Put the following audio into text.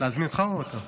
להזמין אותך או אותו?